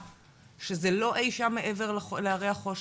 שזה לא אי שם מעבר להרי החושך,